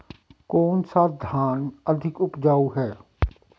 कौन सा धान अधिक उपजाऊ है?